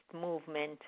movement